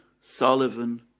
Sullivan